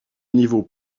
niveau